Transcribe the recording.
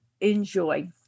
enjoy